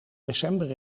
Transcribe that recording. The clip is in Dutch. december